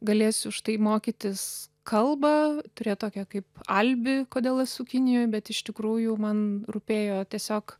galėsiu štai mokytis kalbą turėt tokią kaip alibi kodėl esu kinijoj bet iš tikrųjų man rūpėjo tiesiog